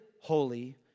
holy